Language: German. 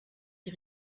die